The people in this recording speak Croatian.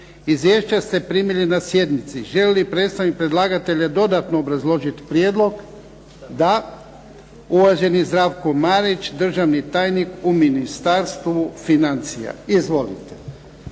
Izvješća ste primili na sjednici. Želi li predstavnik predlagatelja dodatno obrazložiti prijedlog? Da. Uvaženi Zdravko Marić, državni tajnik u Ministarstvu financija. Izvolite.